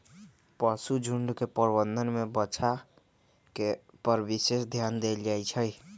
पशुझुण्ड के प्रबंधन में बछा पर विशेष ध्यान देल जाइ छइ